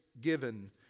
given